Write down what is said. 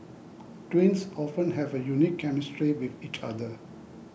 twins often have a unique chemistry with each other